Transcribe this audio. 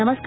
नमस्कार